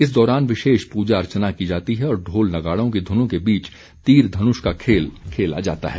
इस दौरान विशेष पूजा अर्चना की जाती है और ढोल नगाड़ों की धुनों के बीच तीर धनुष का खेल खेला जाता है